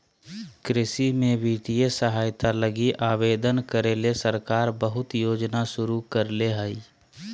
कृषि में वित्तीय सहायता लगी आवेदन करे ले सरकार बहुत योजना शुरू करले हइ